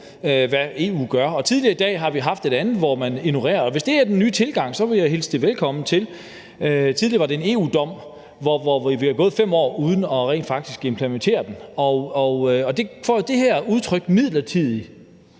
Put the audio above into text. hvad EU gør. Tidligere i dag har vi haft et andet forslag, hvor man ignorerer EU. Hvis det er den nye tilgang, vil jeg hilse det velkommen. Tidligere var der en EU-dom, hvor vi havde gået i 5 år rent faktisk uden at implementere den. Og det får jo det her udtryk »midlertidig«